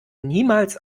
niemals